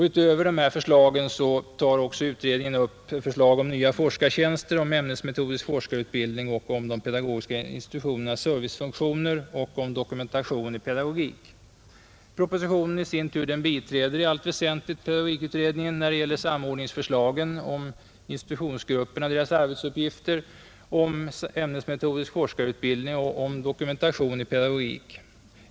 Utöver dessa förslag framlägger utredningen också förslag om nya forskartjänster, om ämnesmetodisk forskarutbildning, om de pedagogiska institutionernas servicefunktioner och om dokumentation i pedagogik. Propositionen biträder i sin tur i allt väsentligt pedagogikutredningen när det gäller samordningsförslagen, institutionsgruppernas arbetsuppgifter, ämnesmetodisk forskarutbildning och dokumentation i pedagogik.